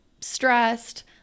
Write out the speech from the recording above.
stressed